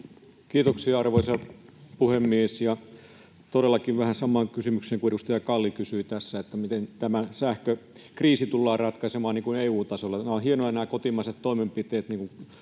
Kiitoksia, arvoisa puhemies! Todellakin vähän samaan kysymykseen kuin mistä edustaja Kalli kysyi tässä, että miten tämä sähkökriisi tullaan ratkaisemaan EU-tasolla. Nämä kotimaiset toimenpiteet ovat hienoja